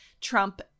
Trump